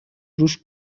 رووش